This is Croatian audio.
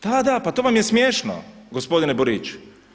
Da, da pa to vam je smiješno gospodine Borić.